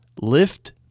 lift